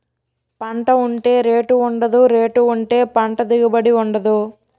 పంట ఉంటే రేటు ఉండదు, రేటు ఉంటే పంట దిగుబడి ఉండదు